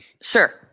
sure